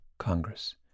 Congress